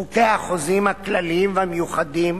חוקי החוזים, הכלליים והמיוחדים,